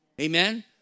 Amen